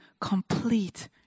complete